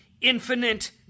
infinite